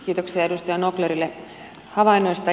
kiitoksia edustaja nauclerille havainnoista